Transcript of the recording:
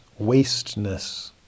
wasteness